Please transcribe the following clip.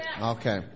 Okay